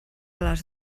les